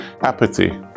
apathy